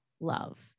love